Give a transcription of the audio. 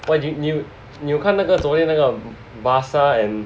why do you knew 有看那个昨天那个 Barce and